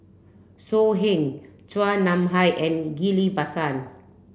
So Heng Chua Nam Hai and Ghillie Basan